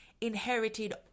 inherited